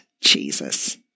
Jesus